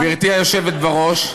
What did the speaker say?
גברתי היושבת בראש,